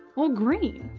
or green.